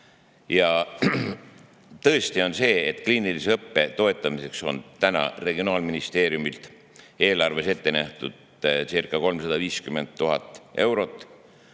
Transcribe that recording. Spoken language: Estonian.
Tõesti, kliinilise õppe toetamiseks on täna regionaalministeeriumi eelarves ette nähtudcirca350 000 eurot,